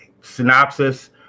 synopsis